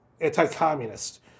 anti-communist